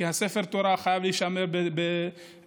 כי ספר התורה חייב להישמר בטוהר,